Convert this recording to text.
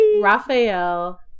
Raphael